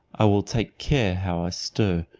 i will take care how i stir,